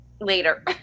later